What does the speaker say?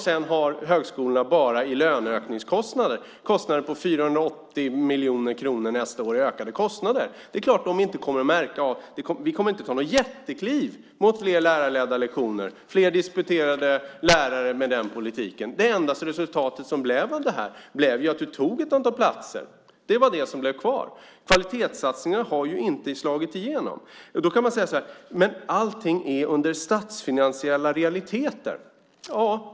Sedan har högskolorna kostnader på 480 miljoner kronor bara i löneökningskostnader. Vi kommer inte att ta några jättekliv mot fler lärarledda lektioner och fler disputerade lärare med den politiken. Det enda resultatet av detta är man tog bort ett antal platser. Det var det som blev kvar. Kvalitetssatsningarna har inte slagit igenom. Då kan man säga att allting beror på statsfinansiella realiteter.